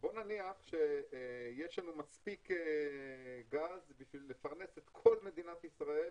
בוא נניח שיש לנו מספיק גז בשביל לפרנס את כל מדינת ישראל